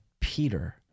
Peter